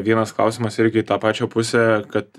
vienas klausimas irgi tą pačią pusę kad